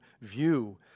view